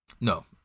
no